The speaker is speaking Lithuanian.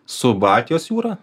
su baltijos jūra